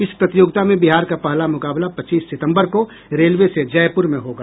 इस प्रतियोगिता में बिहार का पहला मुकाबला पच्चीस सितम्बर को रेलवे से जयपुर में होगा